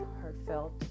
heartfelt